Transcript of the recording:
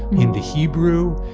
into hebrew.